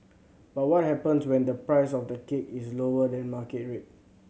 but what happens when the price of the cake is lower than market rate